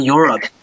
Europe